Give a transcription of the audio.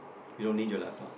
you don't need your laptop